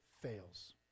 fails